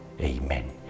Amen